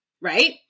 Right